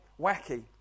wacky